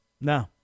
No